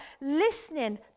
listening